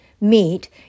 meet